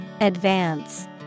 Advance